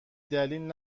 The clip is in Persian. دلیل